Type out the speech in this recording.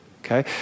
Okay